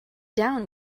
down